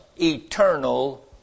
eternal